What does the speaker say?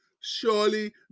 Surely